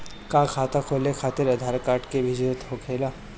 का खाता खोले खातिर आधार कार्ड के भी जरूरत होखेला?